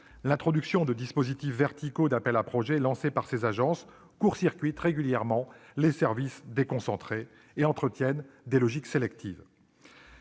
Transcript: fait, les dispositifs verticaux d'appels à projets lancés par ces agences court-circuitent régulièrement les services déconcentrés et entretiennent des logiques sélectives.